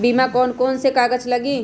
बीमा में कौन कौन से कागज लगी?